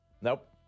Nope